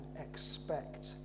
expect